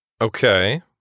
Okay